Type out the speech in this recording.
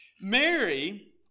Mary